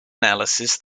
analysis